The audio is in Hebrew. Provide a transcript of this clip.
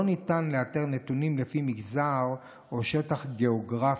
לא ניתן לאתר נתונים לפי מגזר או שטח גיאוגרפי,